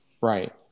right